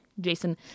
Jason